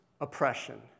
oppression